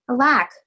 Alack